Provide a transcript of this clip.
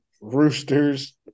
Roosters